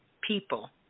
people